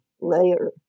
layer